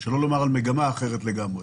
שלא לומר על מגמה אחרת לגמרי.